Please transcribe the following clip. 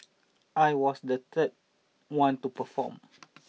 I was the third one to perform